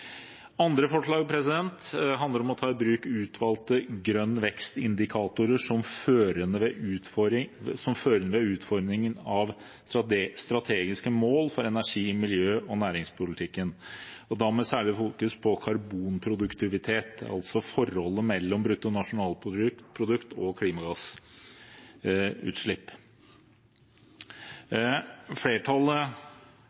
handler om å ta i bruk utvalgte grønn vekst-indikatorer som førende ved utforming av strategiske mål for energi-, miljø- og næringspolitikken, og da med særlig fokus på karbonproduktivitet, altså forholdet mellom bruttonasjonalprodukt og